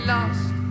Lost